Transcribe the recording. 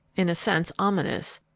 in a sense ominous,